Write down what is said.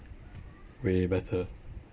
way better